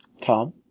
Tom